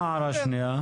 מה ההערה השנייה?